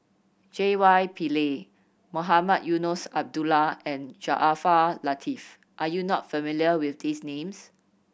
J Y Pillay Mohamed Eunos Abdullah and Jaafar Latiff are you not familiar with these names